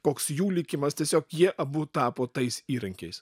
koks jų likimas tiesiog jie abu tapo tais įrankiais